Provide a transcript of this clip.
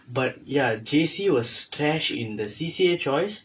but ya J_C was trash in the C_C_A choice